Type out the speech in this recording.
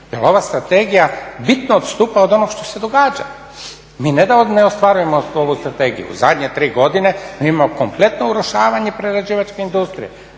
jel ova strategija bitno odstupa od onoga što se događa. Mi ne da ne ostvarujemo ovu strategiju, u zadnje tri godine mi imamo kompletno urušavanje prerađivačke industrije,